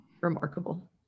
remarkable